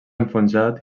enfonsat